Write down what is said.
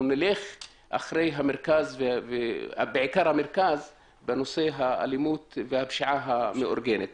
נלך אחרי המרכז בנושא האלימות והשפיעה המאורגנת.